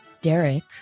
Derek